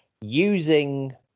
using